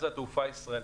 הבעיה זה התעופה הישראלית.